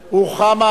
ובכן,